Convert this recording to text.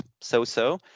so-so